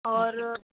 और